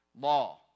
law